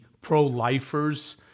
pro-lifers